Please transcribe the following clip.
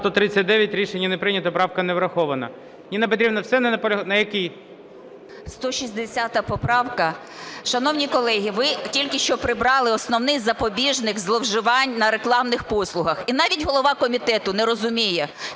Ніна Петрівна, все? На якій?